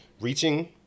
reaching